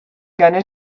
gonna